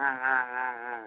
ஆ ஆ ஆ ஆ